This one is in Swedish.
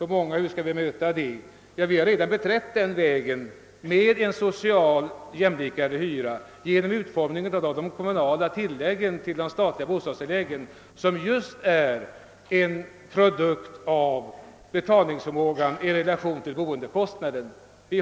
Hur skall vi komma till rätta med dem? Ja, vi har redan beträtt vägen mot en social, jämlikare hyra genom utformningen av det kommunala tillägget till de statliga bostadstilläggen, som just är en produkt av betalningsförmågan i relation till boendekostnaden. Vi